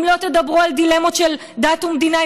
אם לא תדברו על דילמות של דת ומדינה,